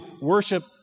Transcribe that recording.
worship